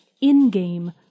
in-game